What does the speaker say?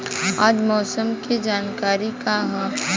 आज मौसम के जानकारी का ह?